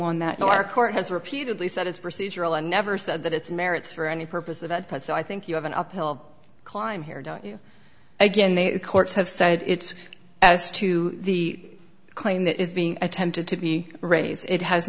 on that in our court has repeatedly said it's procedural and never said that it's merits for any purpose of output so i think you have an uphill climb here don't you again the courts have said it's as to the claim that is being attempted to be raise it has